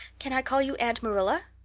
can i call you aunt marilla?